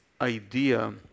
idea